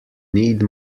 need